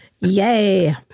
Yay